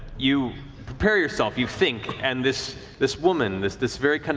you prepare yourself, you think, and this this woman, this this very